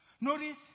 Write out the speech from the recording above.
notice